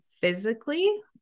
physically